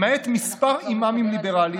למעט כמה אימאמים ליברלים,